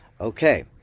Okay